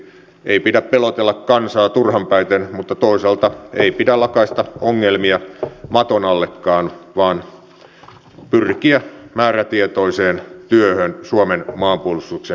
ei pidä pelotella kansaa turhan päiten mutta toisaalta ei pidä lakaista ongelmia maton allekaan vaan pyrkiä määrätietoiseen työhön suomen maanpuolustuksen edistämiseksi